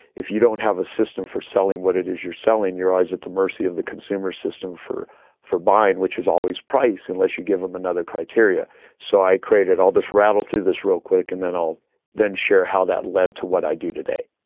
if you don't have a system for selling what it is you're selling, you're always at the mercy of the consumer system for for buying, which is always price unless you give them another criteria so i created all this rattle through this real quick, and then i'll then share how that led to what i do today.